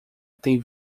tem